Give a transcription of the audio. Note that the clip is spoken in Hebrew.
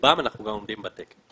ברובם אנחנו גם עומדים בתקן.